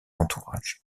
entourage